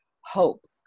hope